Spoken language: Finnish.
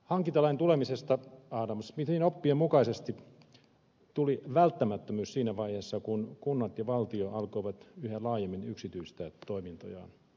hankintalain tulemisesta adam smithin oppien mukaisesti tuli välttämättömyys siinä vaiheessa kun kunnat ja valtio alkoivat yhä laajemmin yksityistää toimintojaan